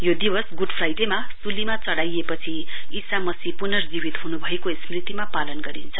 यो दिवस गुड फ्राइडेमा सुलीमा चढ़ाएपछि ईसा मसीह पुनर्जीवित हुनुभएको स्मृतिमा पालन गरिन्छ